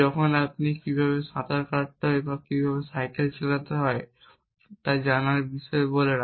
যখন আপনি কীভাবে সাঁতার কাটতে হয় বা কীভাবে সাইকেল চালাতে হয় তা জানার বিষয়ে কথা বলেন